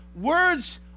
words